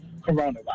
coronavirus